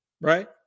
right